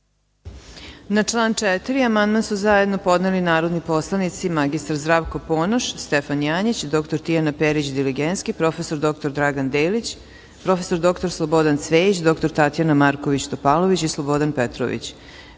Na član 5. amandman su zajedno podneli narodni poslanici mr Zdravko Ponoš, Stefan Janjić, dr Tijana Perić Diligenski, prof. dr Dragan Delić, prof. dr Slobodan Cvejić, dr Tatjana Marković Topalović i Slobodan Petrović. Primili